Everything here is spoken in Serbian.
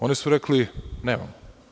Oni su rekli – nemamo.